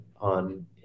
on